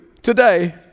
Today